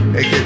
Hey